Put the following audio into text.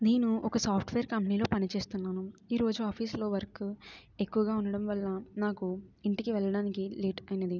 నేను ఒక సాఫ్ట్వేర్ కంపెనీలో పని చేస్తున్నాను ఈరోజు ఆఫీసులో వర్క్ ఎక్కువగా ఉండడం వల్ల నాకు ఇంటికి వెళ్ళడానికి లేట్ అయినది